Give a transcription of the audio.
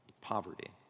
Poverty